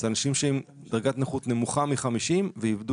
אלה אנשים שהם עם דרגת נכות נמוכה מ-50 ואיבדו